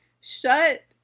Shut